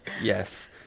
Yes